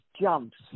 jumps